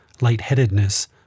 lightheadedness